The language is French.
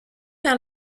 par